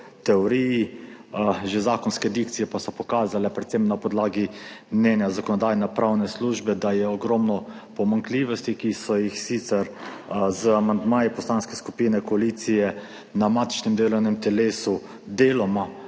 teoriji. Že zakonske dikcije pa so pokazale predvsem na podlagi mnenja Zakonodajno-pravne službe, da je ogromno pomanjkljivosti, ki so jih sicer z amandmaji poslanske skupine koalicije na matičnem delovnem telesu deloma,